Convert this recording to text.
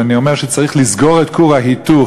ואני אומר שצריך לסגור את כור ההיתוך,